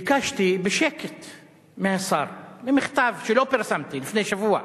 ביקשתי בשקט מהשר, במכתב שלא פרסמתי, לפני שבוע,